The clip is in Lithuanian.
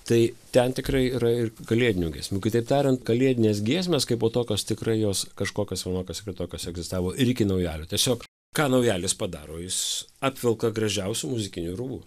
tai ten tikrai yra ir kalėdinių giesmių kitaip tariant kalėdinės giesmės kaipo tokios tikrai jos kažkokios vienokios ar kitokios egzistavo ir iki naujalio tiesiog ką naujalis padaro jis apvelka gražiausiu muzikiniu rūbu